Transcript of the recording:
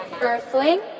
Earthling